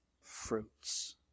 fruits